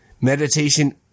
Meditation